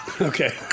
Okay